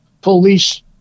police